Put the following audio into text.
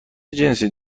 جنسی